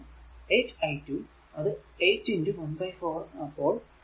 8 i2 അത് 8 1 4 അപ്പോൾ 2 volt